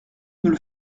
nous